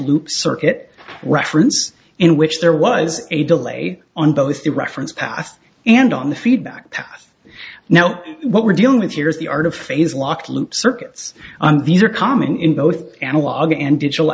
loop circuit reference in which there was a delay on both the reference path and on the feedback path now what we're dealing with here is the art of phase lock loop circuits and these are common in both analog and digital